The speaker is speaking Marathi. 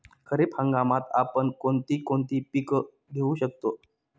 खरीप हंगामात आपण कोणती कोणती पीक घेऊ शकतो?